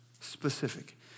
specific